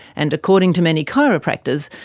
and according to many chiropractors,